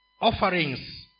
offerings